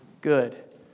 good